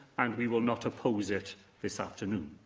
and we will not oppose it this afternoon.